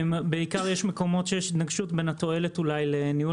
יש מקומות שיש התנגשות בין התועלת לניהול